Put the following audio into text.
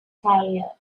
career